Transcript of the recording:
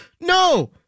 No